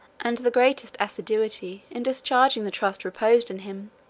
and the greatest assiduity in discharging the trust reposed in him,